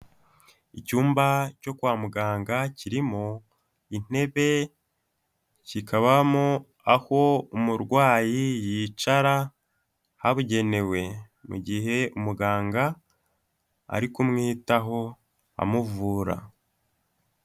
Icyumba cyo kwa muganga kirimo intebe, kikabamo aho umurwayi yicara habugenewe, mu gihe umuganga ari kumwitaho amuvura.